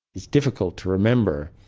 it's difficult to remember